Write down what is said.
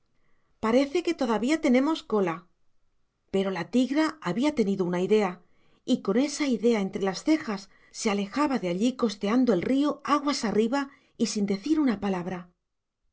parece que todavía tenemos cola pero la tigra había tenido una idea y con esa idea entre las cejas se alejaba de allí costeando el río aguas arriba y sin decir una palabra